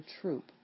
troop